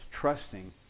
trusting